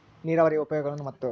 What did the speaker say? ನೇರಾವರಿಯ ಉಪಯೋಗಗಳನ್ನು ಮತ್ತು?